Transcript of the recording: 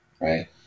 Right